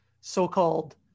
so-called